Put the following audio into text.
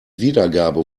wiedergabe